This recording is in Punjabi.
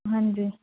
ਹਾਂਜੀ